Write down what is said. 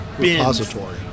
repository